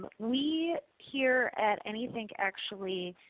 we here at any think actually,